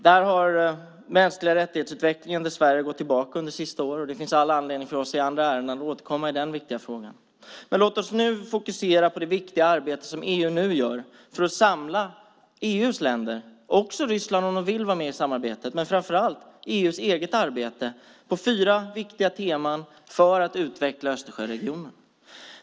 Där har utvecklingen av mänskliga rättigheter dessvärre gått tillbaka under senare år, och det finns all anledning för oss att återkomma i denna viktiga fråga i andra ärenden. Låt oss dock just nu fokusera på det viktiga arbete som görs för att samla EU:s länder - och även Ryssland om de vill vara med i samarbetet, men framför allt EU:s eget arbete på fyra viktiga teman för att utveckla Östersjöregionen.